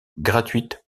gratuites